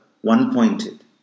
one-pointed